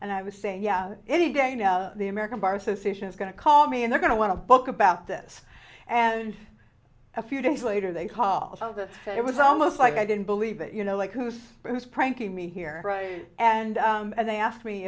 and i was saying yeah any day now the american bar association is going to call me and they're going to want to book about this and a few days later they call the fed it was almost like i didn't believe it you know like who's who's pranking me here and they asked me